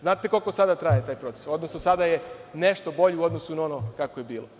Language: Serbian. Znate koliko sada traje taj proces, odnosno sada je nešto bolji u odnosu na ono kako je bilo.